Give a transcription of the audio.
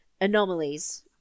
anomalies